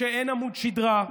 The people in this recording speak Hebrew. שאין עמוד שדרה.